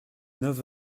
neuf